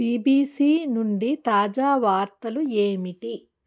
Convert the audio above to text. BBC నుండి తాజా వార్తలు ఏమిటి